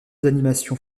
animations